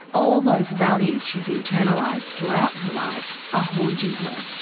all those values she's internalised throughout her life are haunting her.